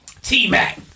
T-Mac